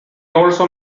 also